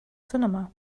cinema